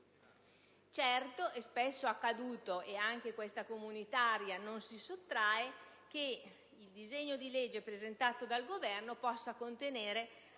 Certo, è spesso accaduto - e anche questa legge comunitaria non si sottrae - che il disegno di legge presentato dal Governo contenga